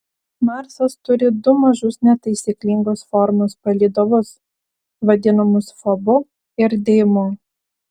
marsas turi du mažus netaisyklingos formos palydovus vadinamus fobu ir deimu